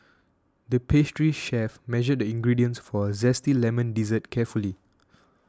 the pastry chef measured the ingredients for a Zesty Lemon Dessert carefully